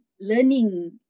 learning